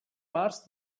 març